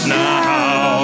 now